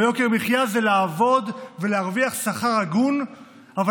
ויוקר מחיה זה לעבוד ולהרוויח שכר הגון אבל